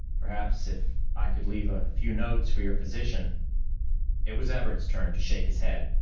perhaps if i could leave a few notes for your physician it was everts' turn to shake his head.